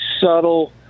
subtle